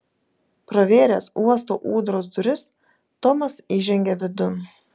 pravėręs uosto ūdros duris tomas įžengė vidun